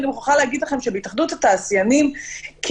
אני מוכרחה להגיד לכם שבהתאחדות התעשיינים נשיא